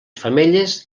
femelles